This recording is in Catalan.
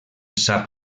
sap